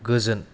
गोजोन